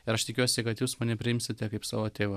ir aš tikiuosi kad jūs mane priimsite kaip savo tėvą